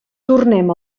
tornem